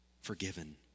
forgiven